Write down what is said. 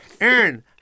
Aaron